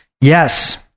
yes